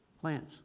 Plants